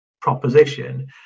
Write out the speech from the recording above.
proposition